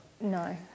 No